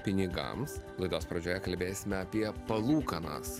pinigams laidos pradžioje kalbėsime apie palūkanas